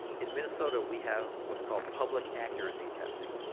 in minnesota we have what's called public accuracy testing.